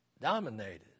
dominated